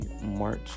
March